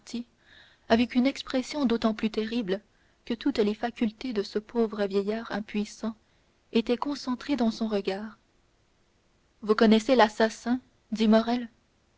avec une expression d'autant plus terrible que toutes les facultés de ce pauvre vieillard impuissant étaient concentrées dans son regard vous connaissez l'assassin dit morrel